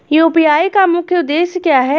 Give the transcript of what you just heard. UPI का मुख्य उद्देश्य क्या है?